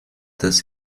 dass